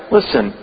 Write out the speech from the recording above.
Listen